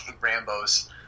Rambo's